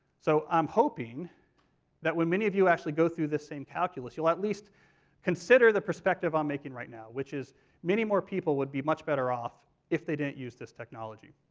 so i'm hoping that when many of you actually go through this same calculus, you'll at least consider the perspective i'm making right now, which is many more people would be much better off if they didn't use this technology.